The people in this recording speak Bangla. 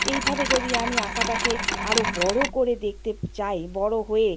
এইভাবে যদি আমি আঁকাটাকে আরো বড় করে দেখতে চাই বড় হয়ে